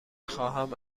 خواهم